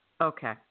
Okay